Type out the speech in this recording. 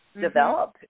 develop